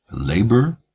labor